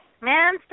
Man